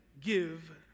give